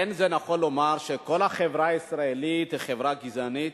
אין זה נכון לומר שכל החברה הישראלית היא חברה גזענית.